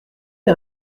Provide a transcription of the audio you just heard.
les